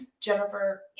Jennifer